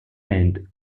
and